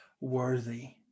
worthy